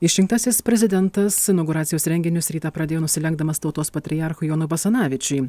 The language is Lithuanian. išrinktasis prezidentas inauguracijos renginius rytą pradėjo nusilenkdamas tautos patriarchui jonui basanavičiui